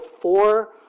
four